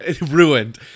Ruined